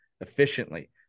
efficiently